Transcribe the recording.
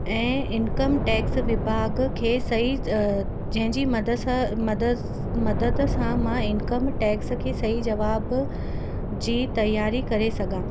ऐं income tax विभागु खे सई जंहिंजी मदस मद मदद सां मां इनकम टैक्स खे सई ज़वाबु जी तयारी करे सघां